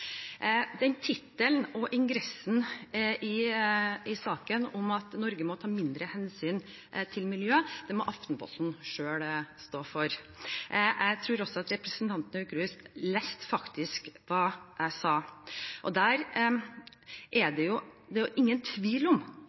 Tittelen og ingressen i saken om at Norge må ta mindre hensyn til miljø, må Aftenposten selv stå for. Jeg tror også at representanten Aukrust leste hva jeg faktisk sa. Det er ingen tvil om at jeg fortsatt mener og vil mene at det